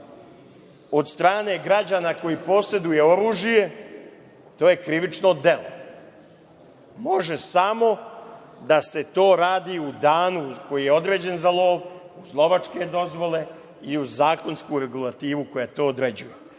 od strane građana koji poseduju oružje, to je krivično delo. Može samo da se to radi u danu koji je određen za lov, uz lovačke dozvole i uz zakonsku regulativu koja to određuje.